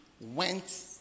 went